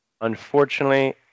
Unfortunately